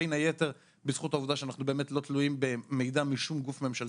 בין היתר בזכות העובדה שאנחנו באמת לא תלויים במידע משום גוף ממשלתי,